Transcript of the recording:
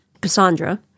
Cassandra